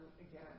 again